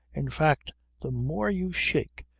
in fact the more you shake.